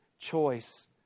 choice